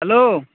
hello